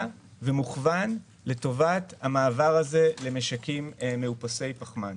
ומוכוון לטובת המעבר למשקים מאופסי פחמן.